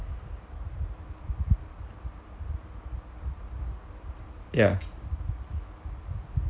ya